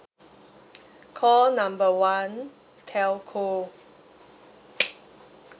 call number one telco